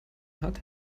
hat